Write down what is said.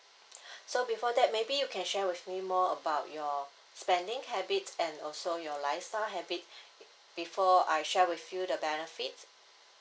so before that maybe you can share with me more about your spending habits and also your lifestyle habit before so I share with you the benefits